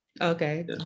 Okay